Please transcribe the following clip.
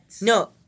No